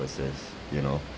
~poses you know